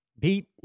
Pete